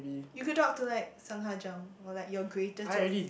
you could talk to like Sung-Ha-Jung or like your greatest your